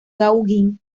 gauguin